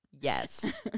Yes